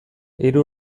hiru